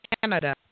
Canada